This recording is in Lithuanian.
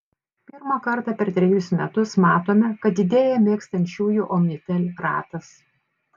pirmą kartą per trejus metus matome kad didėja mėgstančiųjų omnitel ratas